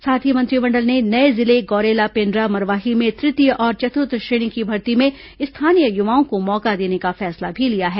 साथ ही मंत्रिमंडल ने नये जिले गौरेला पेण्ड्रा मरवाही में तृतीय और चतुर्थ श्रेणी की भर्ती में स्थानीय युवाओं को मौका देने का फैसला भी लिया है